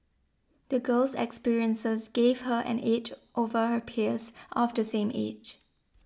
the girl's experiences gave her an edge over her peers of the same age